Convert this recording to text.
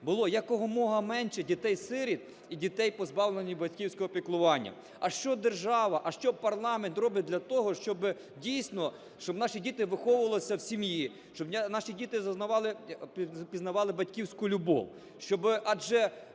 було якомога менше дітей-сиріт і дітей, позбавлених батьківського піклування. А що держава, а що парламент робить для того, щоб дійсно, щоб наші виховувалися в сім'ї, щоб наші діти пізнавали батьківську любов?